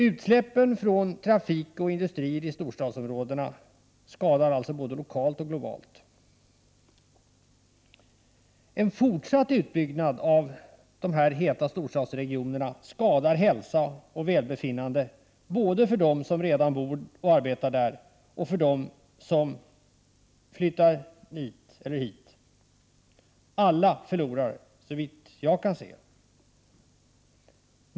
Utsläppen från trafik och industri i storstadsområdena skadar alltså både lokalt och globalt. En fortsatt utbyggnad av de heta storstadsregionerna skadar hälsa och välbefinnande både för dem som redan bor och arbetar där och för dem som flyttar dit. Alla förlorar, såvitt jag kan se.